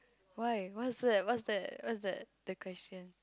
why what's that what's that what's that the question